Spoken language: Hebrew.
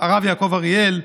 הרב יעקב אריאל,